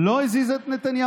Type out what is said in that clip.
אני חייב לסיים את הטיעון,